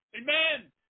Amen